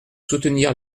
soutenir